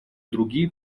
другие